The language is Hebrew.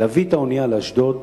להביא את האונייה לאשדוד,